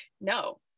no